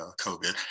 COVID